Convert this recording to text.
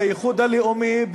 בייחוד הלאומי,